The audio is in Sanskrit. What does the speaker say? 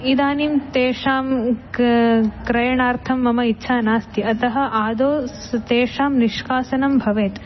इदानीं तेषाम् उक् क्रयणार्थं मम इच्छा नास्ति अतः आदौ स् तेषां निष्कासनं भवेत्